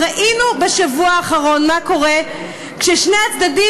ראינו בשבוע האחרון מה קורה כששני הצדדים